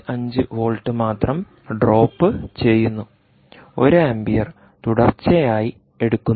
5 volt മാത്രം drop ചെയ്യുന്നു 1 ampere തുടർച്ചയായി എടുക്കുന്നു